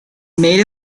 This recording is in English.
made